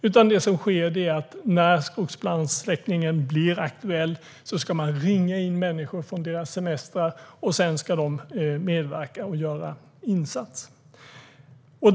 Vad som sker är att när skogsbrandssläckningen blir aktuell ska man ringa in människor från deras semester, och sedan ska de medverka vid insatsen.